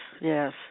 yes